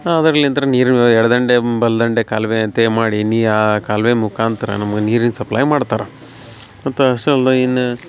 ಅದ್ರಲಿಂತ್ರ ನೀರಿನ ಎಡ ದಂಡೆ ಬಲ ದಂಡೆ ಕಾಲುವೆ ಅಂತೇ ಮಾಡೀನಿ ಆ ಕಾಲುವೆ ಮುಖಾಂತರ ನಮ್ಗ ನೀರಿನ ಸಪ್ಲೈ ಮಾಡ್ತಾರೆ ಮತ್ತು ಅಷ್ಟು ಅಲ್ದ ಇನ್ನ